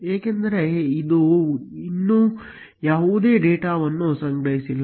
ಏಕೆಂದರೆ ಇದು ಇನ್ನೂ ಯಾವುದೇ ಡೇಟಾವನ್ನು ಸಂಗ್ರಹಿಸಿಲ್ಲ